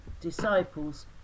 disciples